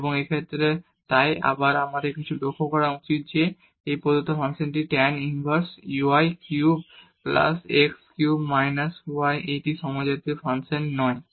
এবং এই ক্ষেত্রে তাই আবার কিন্তু আমাদের লক্ষ্য করা উচিত যে এই প্রদত্ত ফাংশনটি tan inverse y cube plus x cube x minus y একটি সমজাতীয় ফাংশন নয়